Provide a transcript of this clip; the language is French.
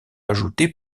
ajoutés